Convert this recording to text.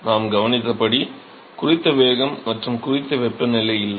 நாம் கவனித்தப் படி குறித்த வேகம் மற்றும் குறித்த வெப்பநிலை இல்லை